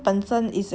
otter-sized horse